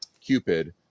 Cupid